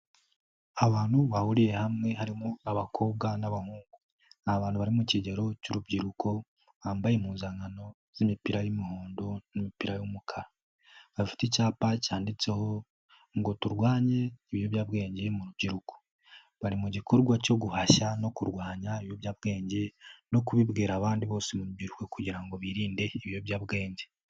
Abantu bahuriye hamwe harimo abakobwa n'abahungu, ni abantu bari mu kigero cy'urubyiruko, bambaye impuzankano z'imipira y'umuhondo n'imipira y'umukara, bafite icyapa cyanditseho ngo turwanye ibiyobyabwenge mu rubyiruko, bari mu gikorwa cyo guhashya no kurwanya ibiyobyabwenge no kubibwira abandi bose mu rubyiruko kugira ngo birinde ibiyobyabwenge.